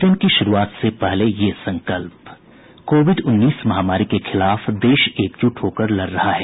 bulletin की शुरूआत से पहले ये संकल्प कोविड उन्नीस महामारी के खिलाफ देश एकजुट होकर लड़ रहा है